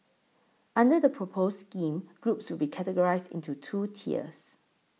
under the proposed scheme groups will be categorised into two tiers